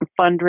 fundraising